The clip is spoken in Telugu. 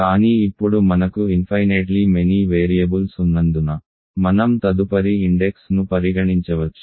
కానీ ఇప్పుడు మనకు ఇన్ఫైనేట్లీ మెనీ వేరియబుల్స్ ఉన్నందున మనం తదుపరి ఇండెక్స్ ను పరిగణించవచ్చు